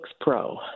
Pro